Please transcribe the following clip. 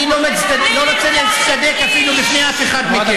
אני לא רוצה להצטדק אפילו בפני אף אחד מכם.